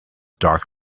dark